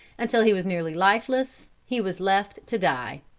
until he was nearly lifeless, he was left to die.